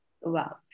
Wow